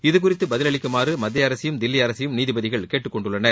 இதுகுறித்து பதிலளிக்குமாறு மத்திய அரசையும் தில்வி அரசையும் நீதிபதிகள் கேட்டுக்கொண்டுள்ளனர்